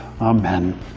Amen